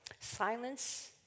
Silence